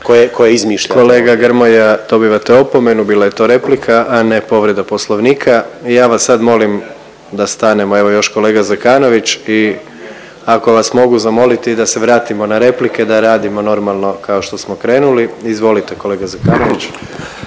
Gordan (HDZ)** Kolega Grmoja dobivate opomenu, bila je to replika a ne povreda Poslovnika. Ja vas sad molim da stanemo. Još kolega Zekanović i ako vas mogu zamoliti da se vratimo na replike, da radimo normalno kao što smo krenuli. Izvolite kolega Zekanović.